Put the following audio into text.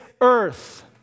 earth